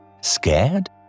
Scared